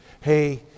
Hey